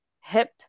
hip